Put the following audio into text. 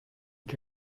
que